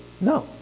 No